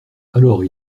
alors